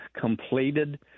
completed